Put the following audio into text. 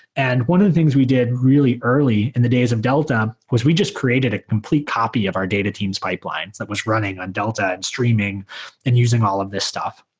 and one of the things we did really early in the days of delta was we just created a complete copy of our data teams pipeline that was running on delta and streaming and using all of this stuff.